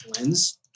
lens